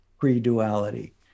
pre-duality